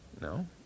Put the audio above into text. No